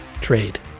trade